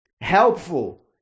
helpful